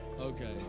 Okay